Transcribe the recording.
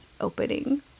opening